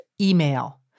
email